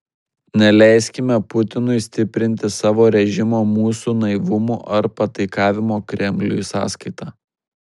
neleiskime putinui stiprinti savo režimo mūsų naivumo ar pataikavimo kremliui sąskaita